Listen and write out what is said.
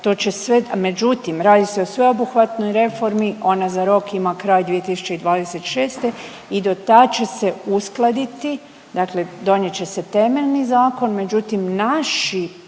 to će sve, međutim radi se o sveobuhvatnoj reformi, ona za rok ima kraj 2026. i dotad će se uskladiti, dakle donijet će se temeljni zakon, međutim naši